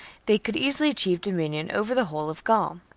they could easily achieve dominion over the whole of gaul.